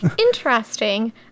interesting